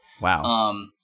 Wow